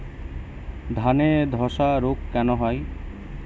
ধানে ধসা রোগ কেন হয়?